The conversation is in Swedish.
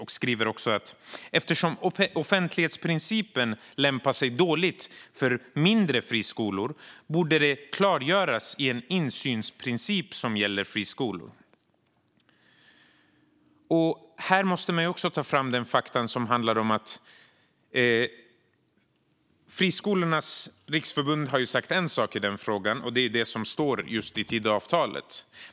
Man skriver att eftersom offentlighetsprincipen lämpar sig dåligt för mindre friskolor borde det klargöras i en insynsprincip som gäller friskolor. Här måste vi ta fram de fakta som finns. Friskolornas riksförbund har sagt en sak i frågan, och det är vad som står i Tidöavtalet.